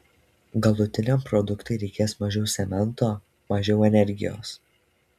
galutiniam produktui reikės mažiau cemento mažiau energijos